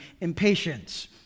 impatience